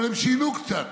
אבל הם שינו קצת.